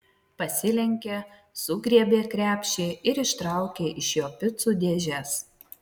pasilenkė sugriebė krepšį ir ištraukė iš jo picų dėžes